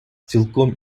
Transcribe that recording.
цілком